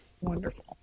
Wonderful